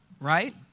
right